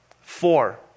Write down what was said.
Four